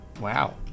Wow